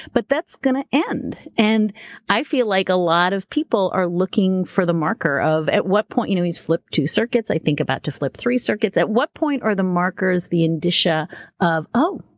but that's going to end. and i feel like a lot of people are looking for the marker of at what point. you know he's flipped two circuits, i think about to flip three circuits. at what point are the markers the indicia of, oh,